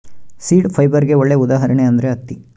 seed ಫೈಬರ್ಗೆ ಒಳ್ಳೆ ಉದಾಹರಣೆ ಅಂದ್ರೆ ಹತ್ತಿ